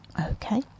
okay